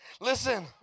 Listen